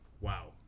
wow